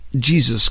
Jesus